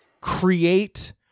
create